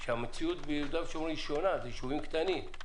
שהמציאות ביהודה ושומרון שונה כי הם ישובים קטנים.